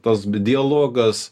tas dialogas